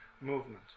movement